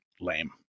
lame